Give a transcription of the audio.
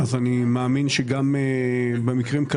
השינויים כולם הם שינויים פנימיים בתוך